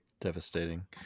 Devastating